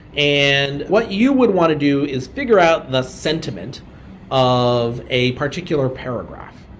and what you would want to do is figure out the sentiment of a particular paragraph,